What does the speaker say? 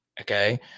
okay